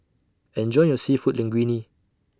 Enjoy your Seafood Linguine